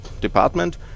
department